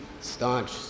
staunch